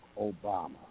Obama